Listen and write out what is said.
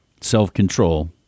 Self-control